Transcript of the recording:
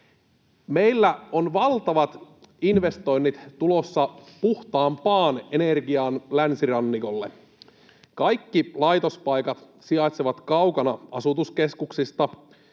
Meillä on valtavat investoinnit tulossa puhtaampaan energiaan länsirannikolle. Kaikki laitospaikat sijaitsevat kaukana asutuskeskuksista,